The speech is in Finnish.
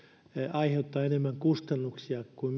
aiheuttaa enemmän kustannuksia kuin